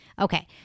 Okay